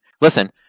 Listen